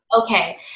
Okay